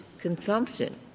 consumption